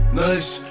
nice